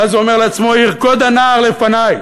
ואז הוא אומר לעצמו: ירקוד הנער לפני.